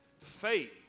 faith